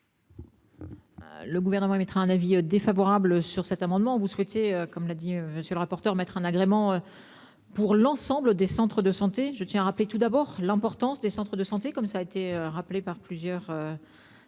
Le gouvernement émettra un avis défavorable sur cet amendement, vous souhaitiez comme l'a dit monsieur le rapporteur. Mettre un agrément. Pour l'ensemble des centres de santé, je tiens à rappeler tout d'abord l'importance des centres de santé comme ça a été rappelé par plusieurs.